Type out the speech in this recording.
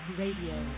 radio